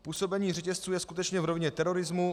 Působení řetězců je skutečně v rovině terorismu.